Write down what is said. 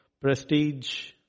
prestige